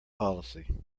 policy